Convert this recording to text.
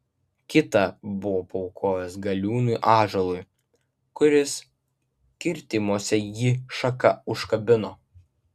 kitą buvo paaukojęs galiūnui ąžuolui kuris kirtimuose jį šaka užkabino